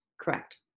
Correct